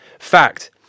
Fact